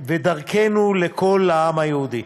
ודרכנו לכל העם היהודי.